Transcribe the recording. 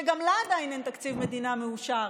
שגם לה עדיין אין תקציב מדינה מאושר.